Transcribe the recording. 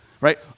right